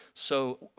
so,